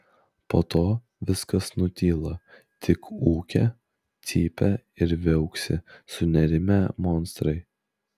po to viskas nutyla tik ūkia cypia ir viauksi sunerimę monstrai